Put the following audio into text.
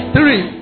Three